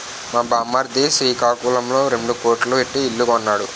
మా బామ్మర్ది సికాకులంలో రెండు కోట్లు ఎట్టి ఇల్లు కొన్నాడు